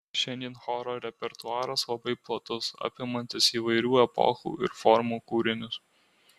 šiandien choro repertuaras labai platus apimantis įvairių epochų ir formų kūrinius